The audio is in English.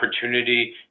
opportunity